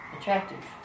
attractive